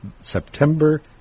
September